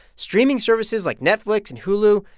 streaming services like netflix and hulu,